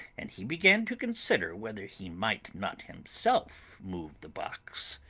and he began to consider whether he might not himself move the box.